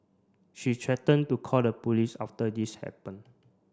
she threatened to call the police after this happened